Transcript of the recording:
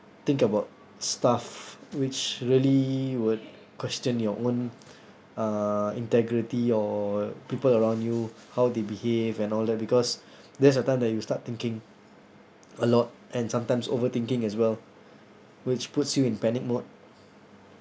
think about stuff which really would question your own uh integrity or people around you how they behave and all that because that's the time that you start thinking a lot and sometimes overthinking as well which puts you in panic mode